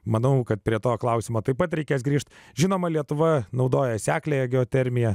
manau kad prie to klausimo taip pat reikės grįžt žinoma lietuva naudoja sekliąją geotermiją